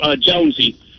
Jonesy